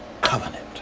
covenant